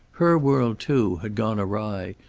her world, too, had gone awry,